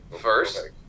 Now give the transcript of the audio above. first